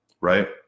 Right